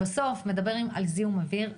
בסוף מדברים על זיהום אוויר.